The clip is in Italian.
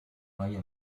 noie